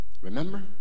Remember